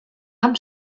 amb